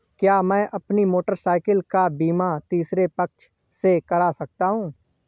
क्या मैं अपनी मोटरसाइकिल का बीमा तीसरे पक्ष से करा सकता हूँ?